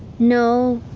know.